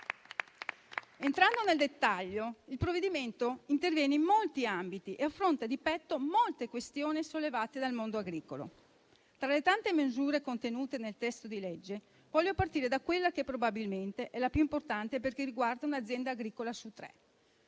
Entrando nel dettaglio, il provvedimento interviene in molti ambiti e affronta di petto molte questioni sollevate dal mondo agricolo. Tra le tante misure contenute nel testo di legge, voglio partire da quella che probabilmente è la più importante, perché riguarda un'azienda agricola su tre.